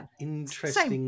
interesting